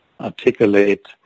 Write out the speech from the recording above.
articulate